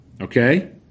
Okay